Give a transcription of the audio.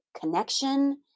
connection